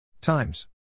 times